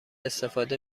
استفاده